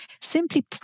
simply